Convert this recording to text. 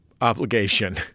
obligation